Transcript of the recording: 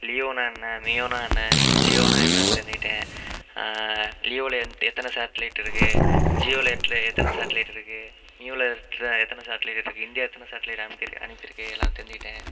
லியோன்னா என்ன மியோன்னா என்ன ஜியோன்னா என்ன தெரிஞ்சுக்கிட்டேன் லியோவில் என்ட் எத்தனை சேட்டிலைட் இருக்குது ஜியோவில் எட்ல எத்தனை சேட்டிலைட் இருக்குது மியோவில் எட்ல எத்தனை சேட்டிலைடிருக்குது இந்தியா எத்தனை சேட்டிலைட் அனுப்பி அனுப்பியிருக்குது எல்லாம் தெரிஞ்சுக்கிட்டேன்